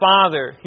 Father